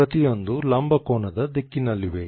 ಪ್ರತಿಯೊಂದೂ ಲಂಬಕೋನದ ದಿಕ್ಕಿನಲ್ಲಿವೆ